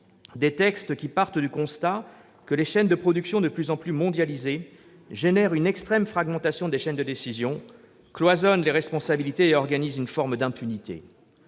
Ces textes partent du constat que les chaînes de production, de plus en plus mondialisées, engendrent une extrême fragmentation des chaînes de décision, cloisonnent les responsabilités et organisent une forme d'impunité.